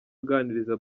aganiriza